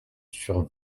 sur